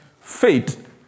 faith